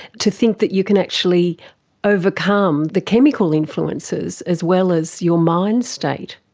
to think that you can actually overcome the chemical influences as well as your mind state.